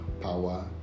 power